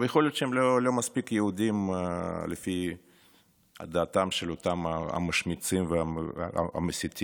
יכול להיות שהם לא מספיק יהודים לפי דעתם של אותם המשמיצים והמסיתים,